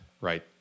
Right